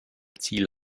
ziel